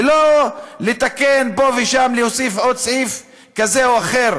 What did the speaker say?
ולא לתקן פה ושם, להוסיף עוד סעיף כזה או אחר,